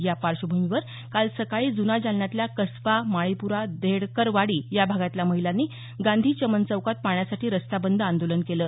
या पार्श्वभूमीवर काल सकाळी जुना जालन्यातल्या कसबा माळीपुरा देहडकरवाडी या भागातल्या महिलांनी गांधी चमन चौकात पाण्यासाठी रस्ता बंद आंदोलन केलं